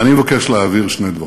אני מבקש להבהיר שני דברים: